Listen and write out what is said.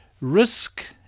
Risk